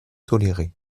toléré